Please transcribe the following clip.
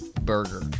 burger